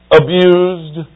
abused